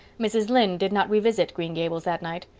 mrs. lynde did not revisit green gables that night.